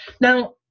Now